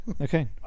Okay